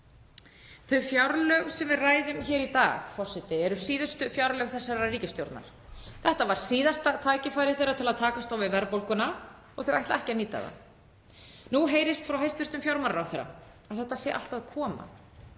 Þau fjárlög sem við ræðum hér í dag eru síðustu fjárlög þessarar ríkisstjórnar. Þetta var síðasta tækifæri þeirra til að takast á við verðbólguna og þeir ætla ekki að nýta það. Nú heyrist frá hæstv. fjármálaráðherra að þetta sé allt að koma.